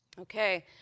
Okay